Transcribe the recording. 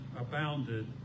abounded